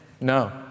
no